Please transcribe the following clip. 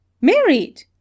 Married